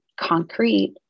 concrete